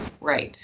Right